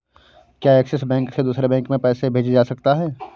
क्या Axis bank से दूसरे बैंक में पैसे भेजे जा सकता हैं?